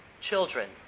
Children